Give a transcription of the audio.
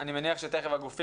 אנחנו לא מתערבים לגופי התרבות,